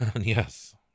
yes